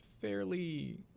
fairly –